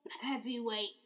Heavyweight